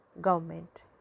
government